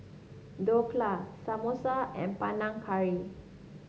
Dhokla Samosa and Panang Curry